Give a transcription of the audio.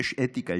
יש אתיקה,